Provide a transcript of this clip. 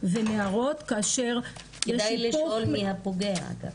ונערות וכאשר יש היפוך --- כדאי לשאול מי הפוגע גם,